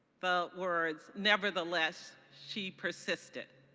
but words nevertheless she persisted.